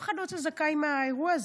אף אחד לא יוצא זכאי מהאירוע הזה.